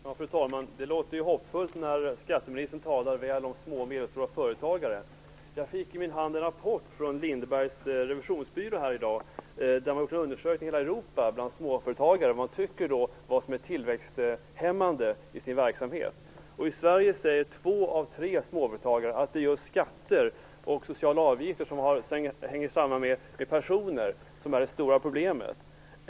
Fru talman! Det låter ju hoppfullt när skatteministern talar väl om små och medelstora företag. Jag fick i min hand en rapport från Lindebergs Revisionsbyrå. Man har gjort en undersökning i hela Europa bland företagare om vad de tycker är tillväxthämmande i verksamheten. I Sverige säger två av tre småföretagare att det just är skatter och sociala avgifter som hänger samman med personer som är det stora problemet.